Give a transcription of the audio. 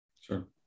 sure